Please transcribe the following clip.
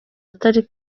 atari